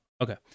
Okay